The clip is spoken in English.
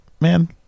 man